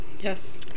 Yes